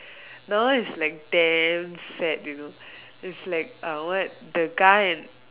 that one is like damn sad you know is like uh what the guy and